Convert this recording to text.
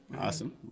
Awesome